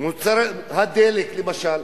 הדלק למשל,